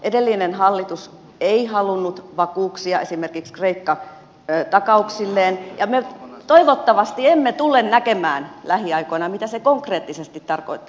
edellinen hallitus ei halunnut vakuuksia esimerkiksi kreikka takauksilleen ja me toivottavasti emme tule näkemään lähiaikoina mitä se konkreettisesti tarkoittaa